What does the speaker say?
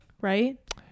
right